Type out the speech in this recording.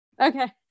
Okay